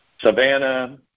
Savannah